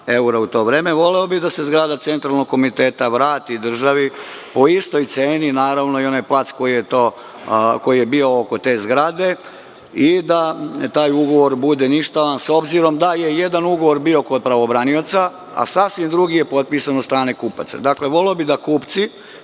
eura u to vreme. Voleo bih da se zgrada Centralnog komiteta vrati državi po istoj ceni i, naravno, i onaj plac koji je bio oko te zgrade i da taj ugovor bude ništavan, s obzirom da je jedan ugovor bio kod pravobranioca, a sasvim drugi je potpisan od strane kupaca. Voleo bih da kupci